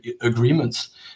agreements